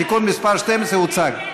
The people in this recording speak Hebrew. תיקון מס' 12 הוצג.